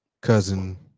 cousin